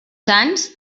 sants